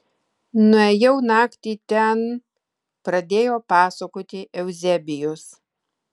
nuėjau naktį ten pradėjo pasakoti euzebijus